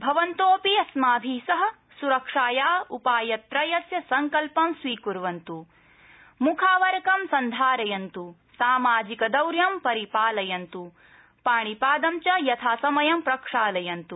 भवन्तोऽपि अस्माभि सह सुरक्षाया उपायत्रयस्य सङ्कल्पं स्वीकुर्वन्तु मुखावरकं सन्धारयन्तु सामाजिकदौर्यं परिपालयन्तु पाणिपादं च यथासमयं प्रक्षालयन्तु